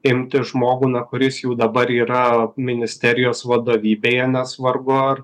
imti žmogų na kuris jau dabar yra ministerijos vadovybėje nesvarbu ar